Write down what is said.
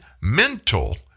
mental